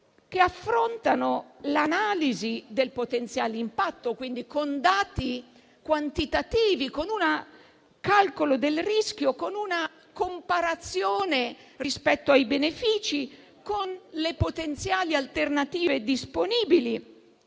che affrontano l'analisi del potenziale impatto con dati quantitativi, con un calcolo del rischio, con una comparazione rispetto ai benefici e con le potenziali alternative disponibili,